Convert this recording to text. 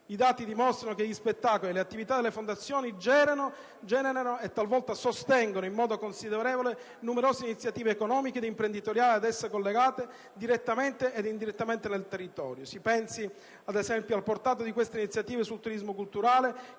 I dati dimostrano che gli spettacoli e le attività delle fondazioni generano e, talvolta, sostengono in modo considerevole numerose iniziative economiche ed imprenditoriali ad esse collegate, direttamente ed indirettamente, sul territorio. Si pensi, ad esempio, al portato di queste iniziative sul turismo culturale,